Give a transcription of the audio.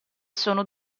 sono